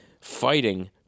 fighting